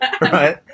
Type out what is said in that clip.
right